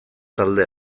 talde